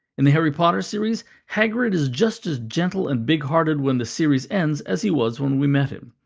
in the harry potter series, hagrid is just as gentle and big-hearted when the series ends as he was when we met him.